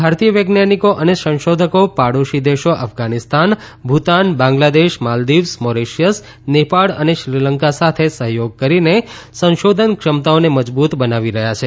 ભારતીય વૈજ્ઞાનિકો અનેસંશોધકો પાડોશી દેશો અફઘાનિસ્તાન ભૂતાન બાંગ્લાદેશ માલદીવ્સ મોરેશિયસ નેપાળ અને શ્રીલંકા સાથે સહયોગ કરીને સંશોધન ક્ષમતાઓને મજબૂત બનાવી રહ્યા છે